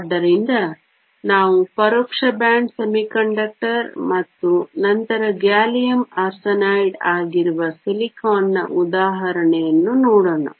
ಆದ್ದರಿಂದ ನಾವು ಪರೋಕ್ಷ ಬ್ಯಾಂಡ್ ಅರೆವಾಹಕ ಮತ್ತು ನಂತರ ಗ್ಯಾಲಿಯಮ್ ಆರ್ಸೆನೈಡ್ ಆಗಿರುವ ಸಿಲಿಕಾನ್ನ ಉದಾಹರಣೆಯನ್ನು ನೋಡೋಣ